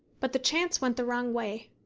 but the chance went the wrong way.